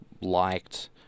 liked